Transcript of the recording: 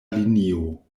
linio